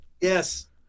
Yes